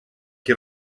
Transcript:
qui